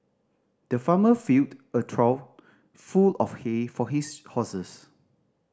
the farmer filled a trough full of hay for his horses